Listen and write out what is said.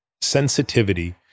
sensitivity